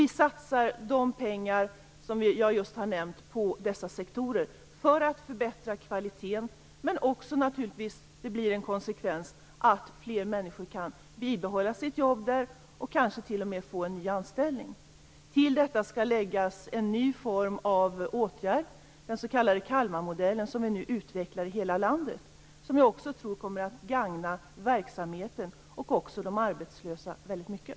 Vi satsar de pengar som jag just har nämnt på dessa sektorer för att förbättra kvaliteten, men det får förstås också till konsekvens att fler människor där kan behålla sitt jobb och kanske t.o.m. få en ny anställning. Till detta skall läggas en ny form av åtgärd, den s.k. Kalmarmodellen, som vi nu utvecklar i hela landet. Det är också något vi tror kommer att gagna verksamheten och även de arbetslösa väldigt mycket.